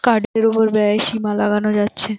কার্ডের উপর ব্যয়ের সীমা লাগানো যাচ্ছে